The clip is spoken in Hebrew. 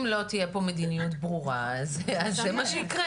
אם לא תהיה פה מדיניות ברורה, אז זה מה שיקרה.